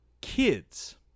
kids